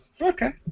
okay